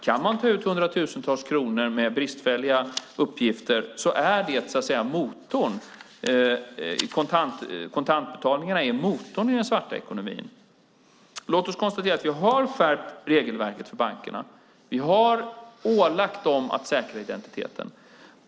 Kan man ta ut hundratusentals kronor med bristfälliga uppgifter är kontantbetalningarna motorn i den svarta ekonomin. Låt oss konstatera att vi har skärpt regelverket för bankerna. Vi har ålagt dem att säkra identiteten.